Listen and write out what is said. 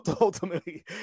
ultimately